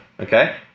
Okay